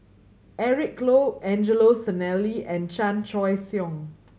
Eric Low Angelo Sanelli and Chan Choy Siong